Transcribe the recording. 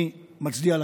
אני מצדיע לכם.